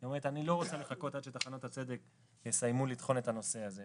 לא רוצה לחכות עד שטחנות הצדק יסיימו לטחון את הנושא הזה,